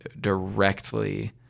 directly